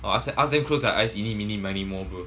!wah! ask ask them close their eyes eeny meeny miny mo bro